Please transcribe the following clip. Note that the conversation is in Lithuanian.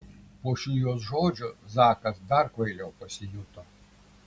po šių jos žodžių zakas dar kvailiau pasijuto